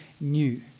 new